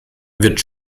wird